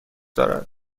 دارد